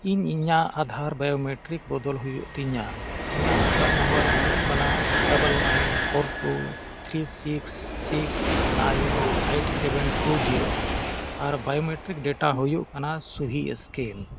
ᱤᱧ ᱤᱧᱟᱹᱜ ᱟᱫᱷᱟᱨ ᱵᱟᱭᱳᱢᱮᱴᱨᱤᱠ ᱵᱚᱫᱚᱞ ᱦᱩᱭᱩᱜ ᱛᱤᱧᱟᱹ ᱤᱧᱟᱹᱜ ᱟᱫᱷᱟᱨ ᱱᱟᱢᱵᱟᱨ ᱦᱩᱭᱩᱜ ᱠᱟᱱᱟ double nine four two three six six nine eight seven two zero ᱟᱨ ᱵᱟᱭᱳᱢᱮᱴᱨᱤᱠ ᱰᱮᱴᱟ ᱦᱩᱭᱩᱜ ᱠᱟᱱᱟ ᱥᱩᱦᱤ ᱥᱠᱮᱱ